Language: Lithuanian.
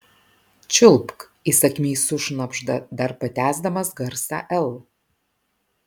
čiulpk įsakmiai sušnabžda dar patęsdamas garsą l